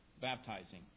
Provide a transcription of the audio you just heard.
baptizing